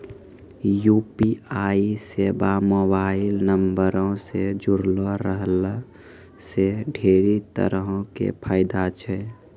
UPI सेबा mobile नंबरो से जुड़लो रहला से ढेरी तरहो के फायदा छै